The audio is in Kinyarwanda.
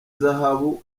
zahabu